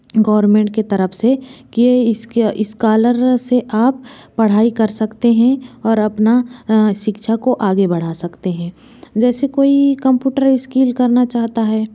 government के तरफ़ से कि इस्कॉलर से आप पढ़ाई कर सकते हैं और अपना सिक्षा को आगे बढ़ा सकते हैं जैसे कोई कम्पुटर स्किल करना चाहता है